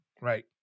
right